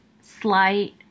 slight